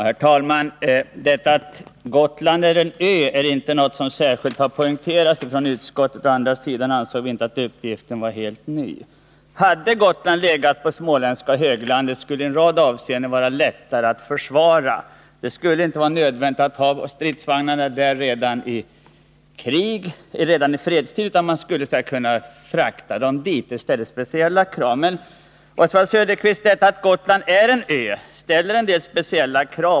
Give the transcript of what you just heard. Herr talman! Det förhållandet att Gotland är en ö har inte särskilt poängterats av utskottet. Vi ansåg å andra sidan inte att uppgiften var helt ny. Men hade Gotland legat på t.ex. småländska höglandet, skulle det i en rad avseenden ha varit lättare att försvara. Det skulle inte ha varit nödvändigt att ha stridsvagnar där i fredstid, utan de skulle ha kunnat ha fraktas dit när så krävdes. Men det faktum, Oswald Söderqvist, att Gotland är en ö ställer en del speciella krav.